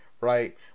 right